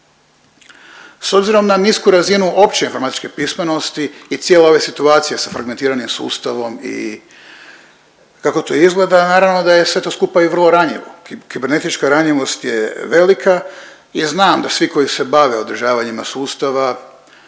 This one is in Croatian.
S obzirom na nisku razinu opće informatičke pismenosti i cijele ove situacije sa fragmentiranim sustavom i kako to izgleda, naravno da je sve to skupa i vrlo ranjivo. Kibernetička ranjivost je velika i znam da svi koji se bave održavanjima sustava